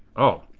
oh,